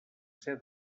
ser